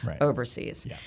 overseas